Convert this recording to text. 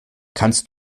kannst